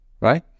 right